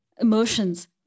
emotions